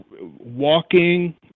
walking